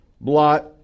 blot